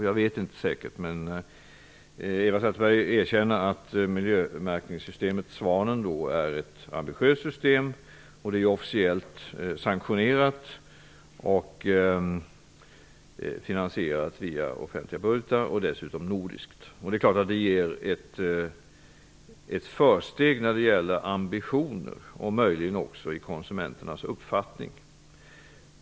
Jag vet inte säkert, men Eva Zetterberg erkänner att miljömärkningssystemet Svanen är ett ambitiöst system. Det är officiellt sanktionerat, finansierat via offentliga budgetar och dessutom nordiskt. Det är klart att det ger ett försteg när det gäller ambitioner och möjligen också för konsumenternas uppfattning.